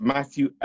Matthew